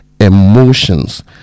emotions